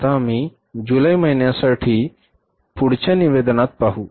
आता आम्ही जुलै महिन्यासाठी पुढच्या निवेदनामध्ये पाहू